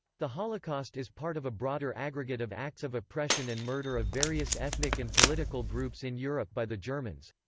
the holocaust is part of a broader aggregate of acts of oppression and murder of various ethnic and political groups in europe by the germans.